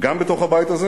גם בתוך הבית הזה